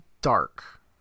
dark